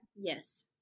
Yes